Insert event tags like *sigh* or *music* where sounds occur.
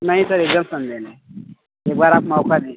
नहीं सर एकदम *unintelligible* एक बार आप मौका दीजिए